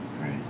Right